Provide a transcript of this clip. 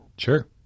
sure